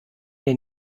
den